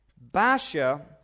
Basha